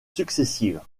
successives